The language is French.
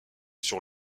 sur